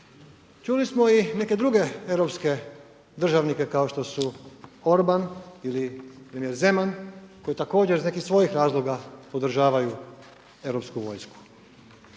čuli smo i neke druge europske državnike kao što su Orban ili Zeman koji također iz nekih svojih razloga podržavaju europsku vojsku.